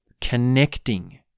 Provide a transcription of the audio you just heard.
Connecting